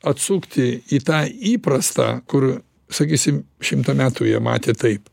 atsukti į tą įprastą kur sakysim šimtą metų jie matė taip